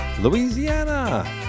Louisiana